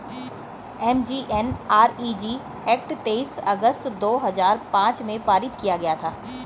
MGNREG act तेईस अगस्त दो हजार पांच में पारित किया गया था